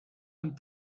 and